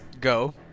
Go